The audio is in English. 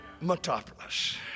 metropolis